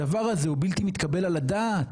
הדבר הזה הוא בלתי מתקבל על הדעת.